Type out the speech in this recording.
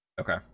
okay